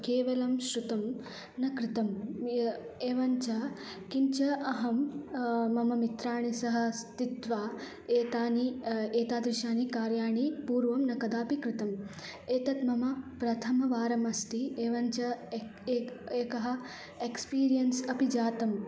केवलं शृतं न कृतम् एवञ्च किञ्च अहं मम मित्राणि सह स्थित्वा एतानि एतादृशानि कार्याणि पूर्वं न कदापि कृतम् एतत् मम प्रथमवारमस्ति एवञ्च एक् एक् एकः एक्स्पीरियन्स् अपि जातम्